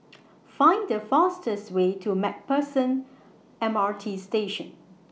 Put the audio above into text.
Find The fastest Way to MacPherson M R T Station